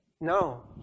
No